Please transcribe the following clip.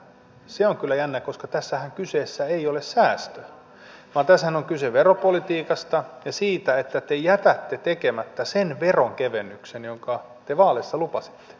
nythän se on kyllä jännää koska tässähän kyseessä eivät ole säästöt vaan tässähän on kyse veropolitiikasta ja siitä että te jätätte tekemättä sen veronkevennyksen jonka te vaaleissa lupasitte eläkkeensaajille